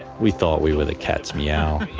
we thought we were the cat's meow.